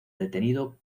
detenido